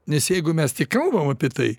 nes jeigu mes kalbam apie tai